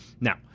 Now